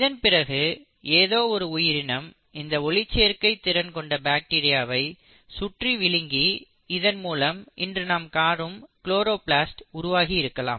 இதன் பிறகு ஏதோ ஒரு உயிரினம் இந்த ஒளிச்சேர்க்கை திறன் கொண்ட பாக்டீரியாவை சுற்றி விழுங்கி இதன் மூலம் இன்று நாம் காணும் குளோரோபிளாஸ்ட் உருவாகியிருக்கலாம்